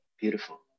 beautiful